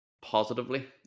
positively